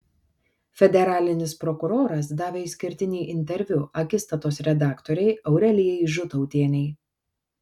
federalinis prokuroras davė išskirtinį interviu akistatos redaktorei aurelijai žutautienei